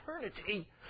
eternity